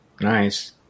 Nice